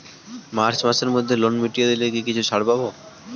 March মাসের মধ্যে loan মিটিয়ে দিলে কি কিছু ছাড় পাব?